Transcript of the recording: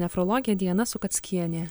nefrologė diana sukackienė